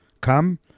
come